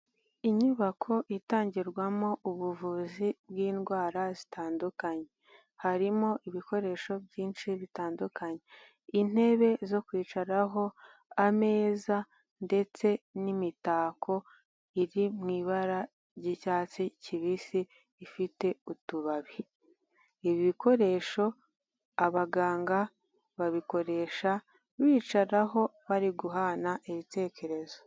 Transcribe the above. Inyubako itangirwamo ubuvuzi bw'indwara zitandukanye, harimo ibikoresho byinshi bitandukanye ,intebe zo kwicaraho, ameza ndetse n'imitako iri mu ibara ry'icyatsi kibisi ifite utubabi, ibi bikoresho abaganga babikoresha bicaraho bari guhana ibitekerezo.